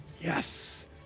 Yes